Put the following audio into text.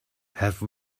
have